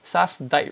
SARS died